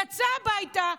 יצא הביתה,